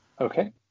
Okay